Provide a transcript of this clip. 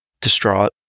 distraught